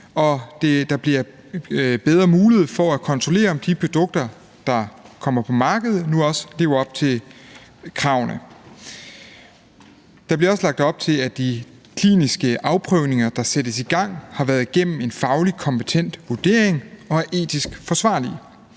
der bliver bedre mulighed for at kontrollere, om de produkter, der kommer på markedet, nu også lever op til kravene. Der bliver også lagt op til, at de kliniske afprøvninger, der sættes i gang, har været igennem en fagligt kompetent vurdering og er etisk forsvarlige,